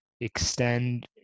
extend